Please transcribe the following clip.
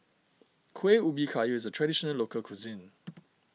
Kuih Ubi Kayu is a Traditional Local Cuisine